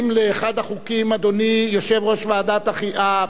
יושב-ראש ועדת העבודה והרווחה,